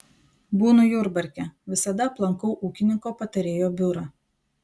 būnu jurbarke visada aplankau ūkininko patarėjo biurą